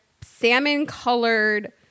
salmon-colored